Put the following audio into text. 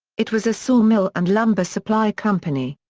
it was a sawmill and lumber supply company.